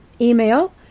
email